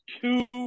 two